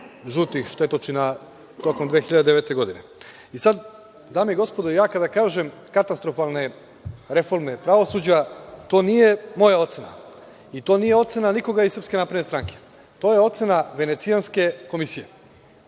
žutih štetočina tokom 2009. godine. Dame i gospodo, kada kažem katastrofalne reforme pravosuđa, to nije moja ocena i to nije ocena nikoga iz SNS. To je ocena Venecijanske komisije.